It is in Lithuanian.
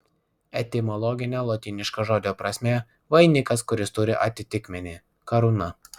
etimologinė lotyniško žodžio prasmė vainikas kuris turi atitikmenį karūna